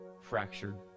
fractured